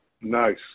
Nice